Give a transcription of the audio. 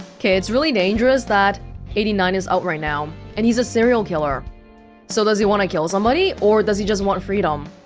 okay, it's really dangerous that eighty nine is out right now, and he's a serial killer so does he wanna kill somebody, or does he just want freedom?